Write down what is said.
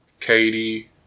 Katie